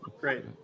great